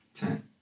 ten